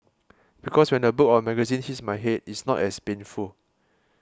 because when a book or a magazine hits my head it's not as painful